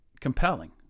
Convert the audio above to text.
compelling